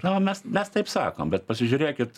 na o mes mes taip sakom bet pasižiūrėkit